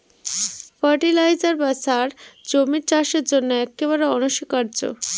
fertiliser বা সার জমির চাষের জন্য একেবারে অনস্বীকার্য